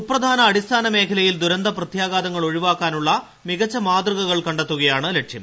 സൂപ്രധാന അടിസ്ഥാന ഘടനാ മേഖലയിൽ ദുരന്ത പ്രത്യാഘാതങ്ങൾ ഒഴിവാക്കാനുള്ള മികച്ച മാതൃകകൾ കണ്ടെത്തുകയാണ് ലക്ഷ്യം